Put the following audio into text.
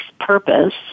purpose